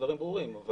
שהדברים ברורים.